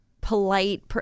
polite